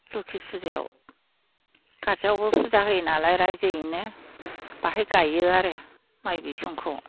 लखि फुजायाव गारजायावबो फुजा होयो नालाय रायजोयैनो बेवहाय गायो आरो माइ बिसंखौ